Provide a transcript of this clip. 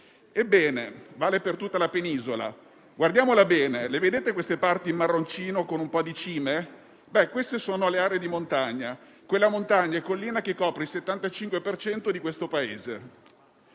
Ebbene, vale per tutta la penisola. Guardiamola bene: le vedete le parti in marroncino con un po' di cime? Sono le aree di montagna, quelle montagne e colline che coprono il 75 per cento del